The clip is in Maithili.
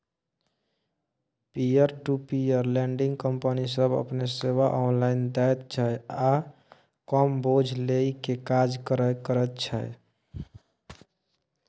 peer to peer lending company सब अपन सेवा ऑनलाइन दैत छै आ कम बोझ लेइ के काज करे करैत छै